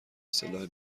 سلاح